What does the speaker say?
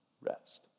rest